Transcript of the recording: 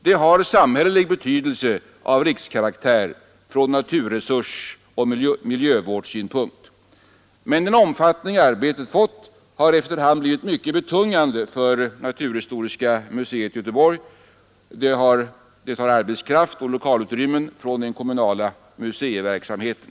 Det har samhällelig betydelse av rikskaraktär från naturresursoch miljövårdssynpunkt, men den omfattning arbetet fått har efter hand blivit mycket betungande för naturhistoriska museet i Göteborg. Det tar arbetskraft och lokalutrymmen från den kommunala museiverksamheten.